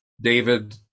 David